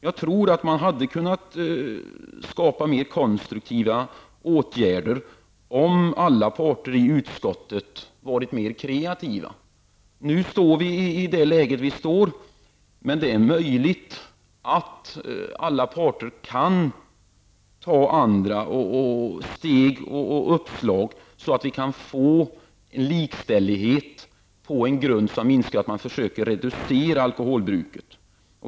Jag tror att man hade kunnat skapa mer konstruktiva åtgärder om alla parter i utskottet hade varit mera kreativa. Nu står vi i det läge vi står, men det är möjligt att alla parter kan ta andra steg och komma med uppslag så att vi kan få en likställighet på en grund som innebär att man försöker reducera alkoholbruket.